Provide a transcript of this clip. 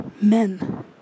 men